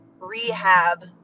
rehab